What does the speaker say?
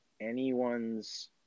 anyone's